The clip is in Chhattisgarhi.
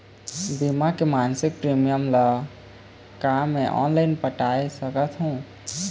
बीमा के मासिक प्रीमियम ला का मैं ऑनलाइन पटाए सकत हो?